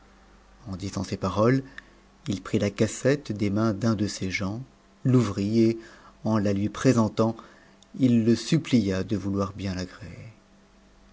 en disant ces paroles il prit a cassette des mains d'un de ses gens l'ouvrit et en a lui présen mt it le supplia de vouloir bien t'agréer